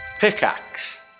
Pickaxe